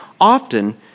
often